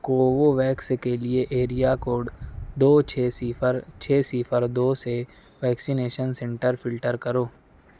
Covovax کے لیے area code دو چھ صفر چھ صفر دو سے ویکسینیشن سینٹر فلٹر کرو